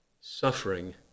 suffering